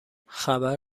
خبر